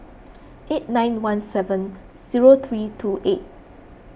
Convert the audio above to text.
eight nine one seven zero three two eight